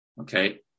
okay